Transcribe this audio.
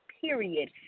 period